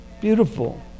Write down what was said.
Beautiful